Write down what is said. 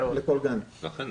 אבל